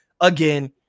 again